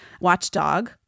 watchdog